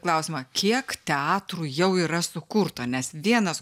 klausimą kiek teatrų jau yra sukurta nes dienos